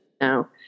now